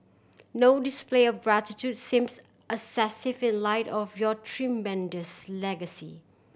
no display of gratitude seems excessive in light of your tremendous legacy